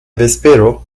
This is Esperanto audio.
vespero